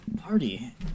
party